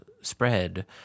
spread